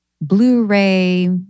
Blu-ray